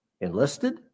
enlisted